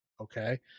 Okay